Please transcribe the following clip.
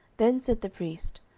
then said the priest,